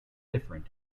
different